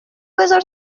بزار